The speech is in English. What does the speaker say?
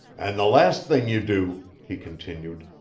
and the last thing you do, he continued,